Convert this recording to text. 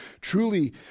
truly